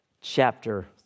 chapter